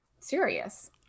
serious